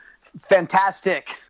Fantastic